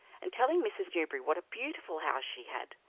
and telling mrs. newberry what a beautiful house she had.